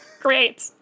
Great